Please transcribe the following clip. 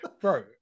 bro